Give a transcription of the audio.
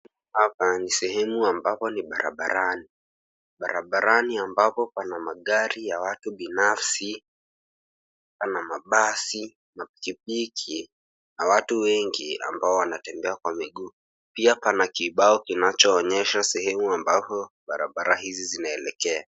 Hapa ni sehemu ambapo ni barabarani. barabarani ambapo pana magari ya watu binafsi ama mabasi na pikipiki na watu wengi ambao wanatembea kwa miguu. pia pana kibao kinachoonyesha sehemu ambapo barabara hizi zinaelekea.